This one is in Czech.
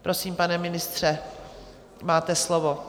Prosím, pane ministře, máte slovo.